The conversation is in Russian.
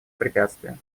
препятствия